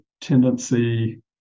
tendency